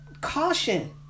caution